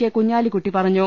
K Kunhalikutty പറഞ്ഞു